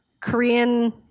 Korean